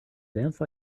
dance